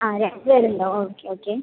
ആ രണ്ട് പേര് ഉണ്ടാവും ഓക്കെ ഓക്കെ